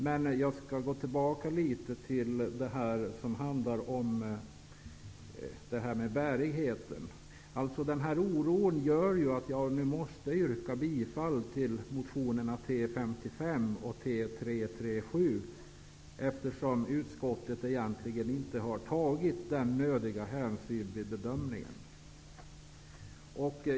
Min oro när det gäller bärigheten gör att jag måste yrka bifall till motionerna T55 och T337. Utskottet har vid sin bedömning inte tagit tillräcklig hänsyn till detta.